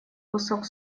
кусок